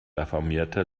reformierte